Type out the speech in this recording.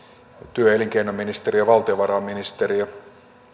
työ ja elinkeinoministeriö valtiovarainministeriö